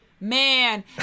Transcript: Man